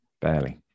Barely